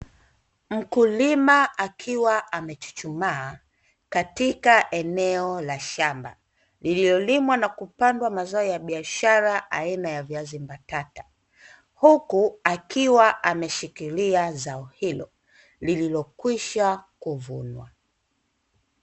Mkulima akiwa amechuchumaa katika eneo la shamba, lililolimwa na kupandwa mazao ya biashara aina ya viazi mbatata, huku akiwa ameshikilia zao hilo lililokwisha kuvunwa.